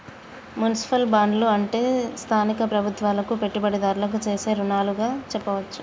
municipal బాండ్లు అంటే స్థానిక ప్రభుత్వాలకు పెట్టుబడిదారులు సేసే రుణాలుగా సెప్పవచ్చు